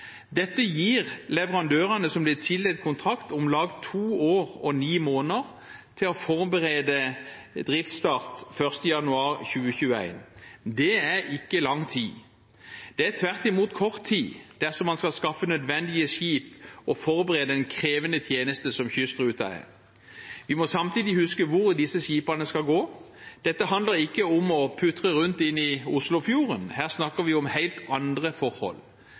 Dette gir leverandørene som blir tildelt kontrakt, om lag 2 år og 9 måneder til å forberede driftsstart 1. januar 2021. Det er ikke lang tid. Det er tvert imot kort tid dersom man skal skaffe nødvendige skip og forberede en krevende tjeneste, som kystruten er. Vi må samtidig huske hvor disse skipene skal gå. Dette handler ikke om å putre rundt inne i Oslofjorden. Her snakker vi om helt andre forhold.